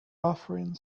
offering